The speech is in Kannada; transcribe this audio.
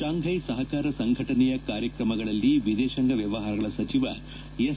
ಶಾಂಘೈ ಸಹಕಾರ ಸಂಘಟನೆಯ ಕಾರ್ಯಕ್ರಮಗಳಲ್ಲಿ ವಿದೇಶಾಂಗ ವ್ವವಹಾರಗಳ ಸಚಿವ ಎಸ್